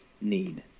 need